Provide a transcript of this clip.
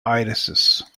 irises